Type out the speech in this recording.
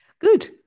Good